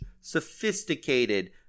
sophisticated